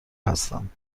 هستم